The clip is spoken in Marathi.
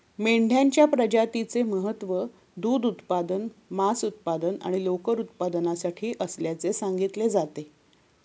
मेंढ्यांच्या प्रजातीचे महत्त्व दूध उत्पादन, मांस उत्पादन आणि लोकर उत्पादनासाठी असल्याचे सांगितले जाते